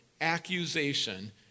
accusation